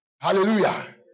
Hallelujah